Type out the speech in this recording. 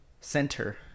center